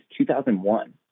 2001